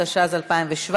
התשע"ז 2017,